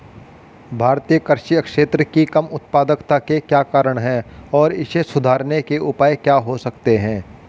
भारतीय कृषि क्षेत्र की कम उत्पादकता के क्या कारण हैं और इसे सुधारने के उपाय क्या हो सकते हैं?